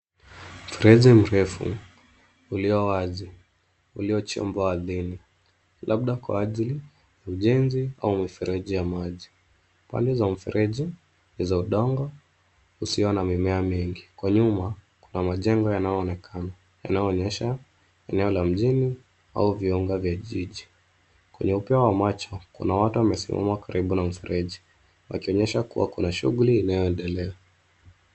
Mrereji mrefu ulio wazi, uilo chimbwa ardhini labda kwa ajili ya ujenzi au mfereji ya maji. Pande za mfereji ni za udongo usio na mimea mingi kwa nyuma kuna majengo yanayo onekano yanayo onyesha eneo la mjini au viunga vya jiji. Kwenye upeo wa macho kuna watu wamesimama karibu na mfereji wakionyesha kuwa kuna shughuli inayoendelea.